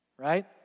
Right